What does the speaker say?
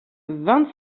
vingt